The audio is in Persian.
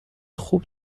خوب